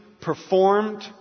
performed